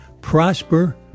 prosper